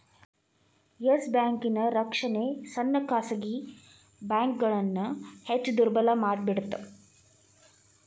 S ಬ್ಯಾಂಕಿನ್ ರಕ್ಷಣೆ ಸಣ್ಣ ಖಾಸಗಿ ಬ್ಯಾಂಕ್ಗಳನ್ನ ಹೆಚ್ ದುರ್ಬಲಮಾಡಿಬಿಡ್ತ್